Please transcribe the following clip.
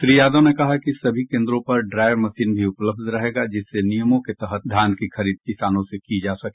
श्री यादव ने कहा कि सभी केंद्रों पर ड्रायर मशीन भी उपलब्ध रहेगा जिससे नियमों के तहत धान की खरीद किसानों से की जा सके